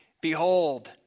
Behold